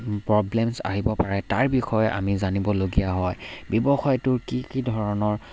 problems আহিব পাৰে তাৰ বিষয়ে আমি জানিবলগীয়া হয় ব্যৱসায়টোৰ কি কি ধৰণৰ